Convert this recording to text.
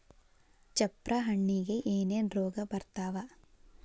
ಚಪ್ರ ಹಣ್ಣಿಗೆ ಏನೇನ್ ರೋಗ ಬರ್ತಾವ?